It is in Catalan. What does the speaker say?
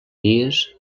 dies